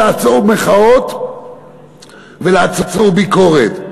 ולעצור מחאות ולעצור ביקורת.